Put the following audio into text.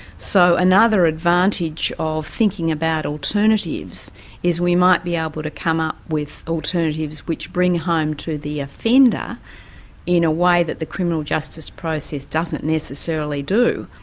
so, another advantage of thinking about alternatives is we might be able to come up with alternatives which bring home to the offender in a way that the criminal justice process doesn't necessarily do,